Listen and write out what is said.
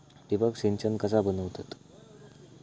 ठिबक सिंचन कसा बनवतत?